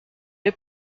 les